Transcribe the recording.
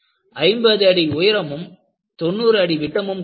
50 அடி உயரமும் 90 அடி விட்டமும் கொண்டது